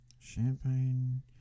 Champagne